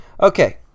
okay